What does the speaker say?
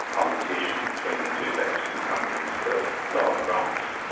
competition between the two vaccine companies does lower price.